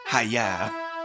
Hiya